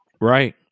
Right